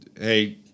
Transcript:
hey